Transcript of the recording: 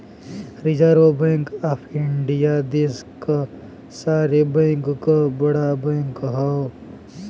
reserve bank of India देश क सारे बैंक क बड़ा बैंक हौ